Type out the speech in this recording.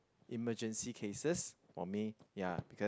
emergency cases for me ya because